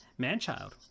manchild